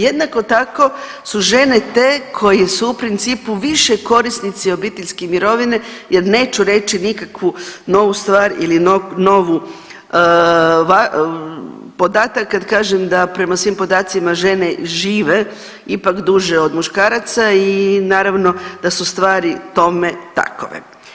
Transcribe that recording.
Jednako tako su žene te koje su u principu više korisnici obiteljske mirovine jer neću reći nikakvu novu stvar ili novu podatak kad kažem da prema svim podacima žene žive ipak duže od muškaraca i naravno da su stvari tome takove.